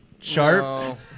Sharp